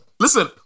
Listen